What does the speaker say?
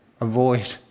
Avoid